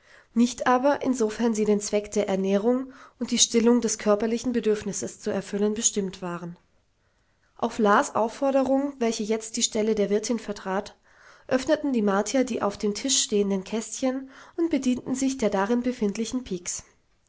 nicht aber insofern sie den zweck der ernährung und die stillung des körperlichen bedürfnisses zu erfüllen bestimmt waren auf las aufforderung welche jetzt die stelle der wirtin vertrat öffneten die martier die auf dem tisch stehenden kästchen und bedienten sich der darin befindlichen piks